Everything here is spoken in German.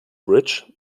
bridge